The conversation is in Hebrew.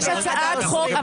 חובה שזה יהיה.